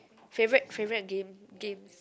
favourite favourite game games